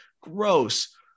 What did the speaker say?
gross